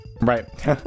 Right